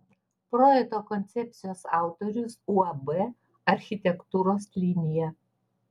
projekto koncepcijos autorius uab architektūros linija